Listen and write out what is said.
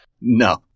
No